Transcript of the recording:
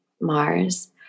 Mars